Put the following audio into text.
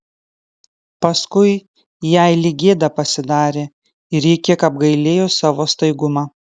paskui jai lyg gėda pasidarė ir ji kiek apgailėjo savo staigumą